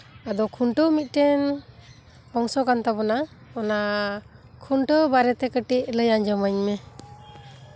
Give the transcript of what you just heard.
ᱟᱫᱚ ᱠᱷᱩᱱᱴᱟᱹᱣ ᱢᱤᱫᱴᱮᱱ ᱚᱝᱥᱚ ᱠᱟᱱ ᱛᱟᱵᱳᱱᱟ ᱚᱱᱟ ᱠᱷᱩᱱᱴᱟᱹᱣ ᱵᱟᱨᱮᱛᱮ ᱠᱟᱹᱴᱤᱡ ᱞᱟᱹᱭ ᱟᱸᱡᱚᱢ ᱟᱹᱧ ᱢᱮ